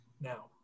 now